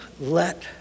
let